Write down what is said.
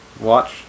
watch